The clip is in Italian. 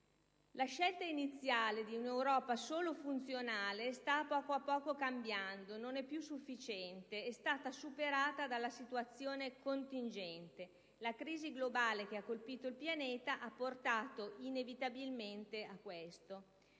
La scelta iniziale di un'Europa solo funzionale sta poco a poco cambiando, non è più sufficiente, è stata superata dalla situazione contingente: la crisi globale che ha colpito il pianeta ha portato inevitabilmente a questo.